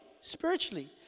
spiritually